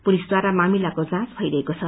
पुलिसद्वारा मामिलाको जाँच भइरहेको छ